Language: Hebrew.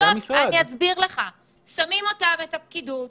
שמים את הפקידות